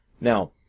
Now